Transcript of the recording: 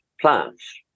plants